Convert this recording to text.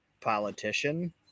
politician